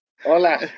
hola